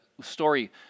story